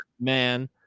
man